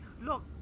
Look